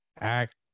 act